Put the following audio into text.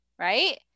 right